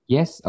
Yes